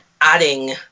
adding